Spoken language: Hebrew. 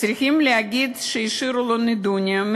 צריכים להגיד שהשאירו לו נדוניה.